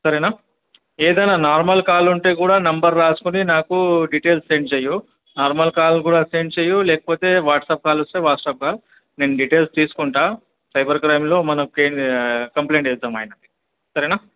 సరేనా ఏదైనా normal call ఉంటే కూడా నెంబర్ రాసుకుని నాకు డీటెయిల్స్ సెండ్ చెయ్యి నార్మల్ కాల్ కూడా సెండ్ చెయ్యి లేకపోతే వాట్సప్ కాల్ వస్తే వాట్సాప్ కాల్ నేను డీటెయిల్స్ తీసుకుంటాను సైబర్ క్రైమ్లో మనకి కంప్లెయింట్ చేద్దాము ఆయనది సరేనా